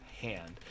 hand